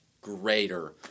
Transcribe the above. greater